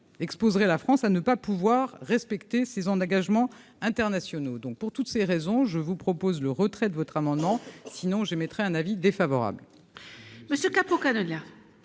exposerait la France à ne pas pouvoir respecter ces zones dégagement internationaux donc pour toutes ces raisons, je vous propose le retrait de votre amendement sinon je mettrais un avis défavorable. Monsieur cap au